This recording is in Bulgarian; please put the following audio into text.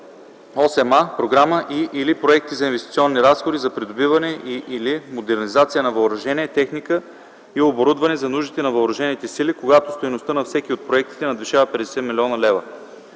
„8а. програма и/или проекти за инвестиционни разходи за придобиване и/или модернизация на въоръжение, техника и оборудване за нуждите на въоръжените сили, когато стойността на всеки от проектите надвишава 50 млн. лв.;”.